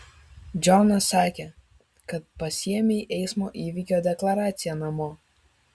džonas sakė kad pasiėmei eismo įvykio deklaraciją namo